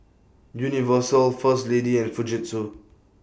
Universal First Lady and Fujitsu